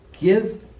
give